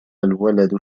الولد